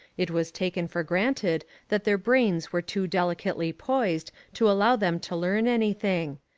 it was taken for granted that their brains were too delicately poised to allow them to learn anything.